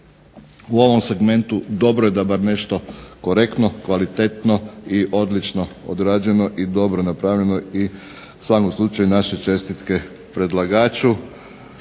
u ovom segmentu dobro je da je bar nešto korektno, kvalitetno i odlično odrađeno i dobro napravljeno i u svakom slučaju naše čestitke predlagaču